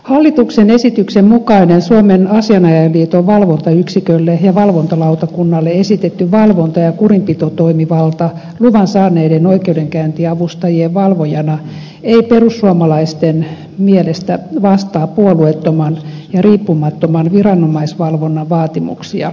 hallituksen esityksen mukainen suomen asianajajaliiton valvontayksikölle ja valvontalautakunnalle esitetty valvonta ja kurinpitotoimivalta luvan saaneiden oikeudenkäyntiavustajien valvojana ei perussuomalaisten mielestä vastaa puolueettoman ja riippumattoman viranomaisvalvonnan vaatimuksia